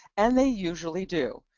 and they usually do.